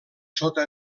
sota